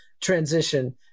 transition